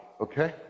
Okay